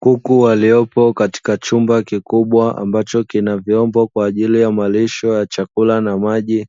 Kuku waliopo katika chumba kikubwa ambacho kina vyombo kwa ajili ya malisho ya chakula na maji,